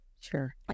sure